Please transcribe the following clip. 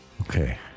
Okay